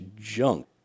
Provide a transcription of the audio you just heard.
junk